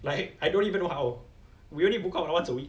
like I don't even know how we only book out once a week